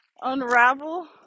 unravel